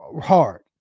hard